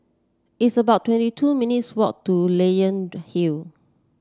it's about twenty two minutes' walk to Leyden Hill